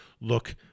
look